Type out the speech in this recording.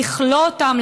לכלוא אותם,